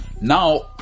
now